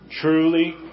Truly